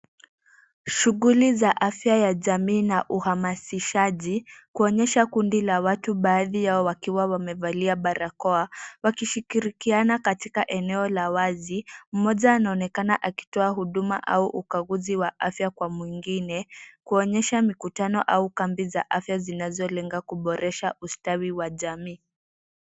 Shughuli za afya ya jamii na uhamasishaji kuonyesha kundi la watu, baadhi yao wakiwa wamevalia barakoa, wakishirikiana katika eneo la wazi. Mmoja anaonekana akitoa huduma au ukaguzi wa afya kwa mwingine, kuonyesha mikutano au kambi za afya zinazolenga kuboresha ustawi wa jamii.